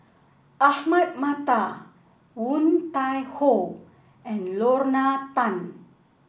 Ahmad Mattar Woon Tai Ho and Lorna Tan